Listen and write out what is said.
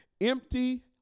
Empty